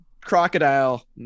crocodile